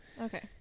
okay